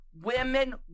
Women